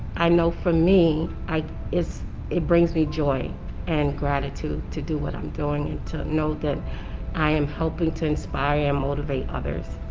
i know for me i it's it brings me joy and gratitude to do what i'm doing and to know that i am helping to inspire and motivate others.